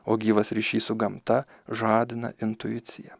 o gyvas ryšys su gamta žadina intuiciją